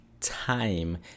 time